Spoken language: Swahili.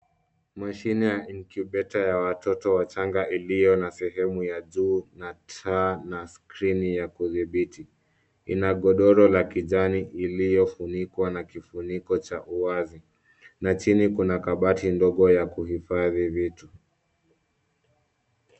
Mashine ya incubator ya watoto wachanga iliyo na sehemu ya juu na taa na skrini ya kudhibiti. Ina godoro la kijani iliyofunikwa na kifuniko cha uwazi na chini kuna kabati ndogo ya kuhifadhi vitu.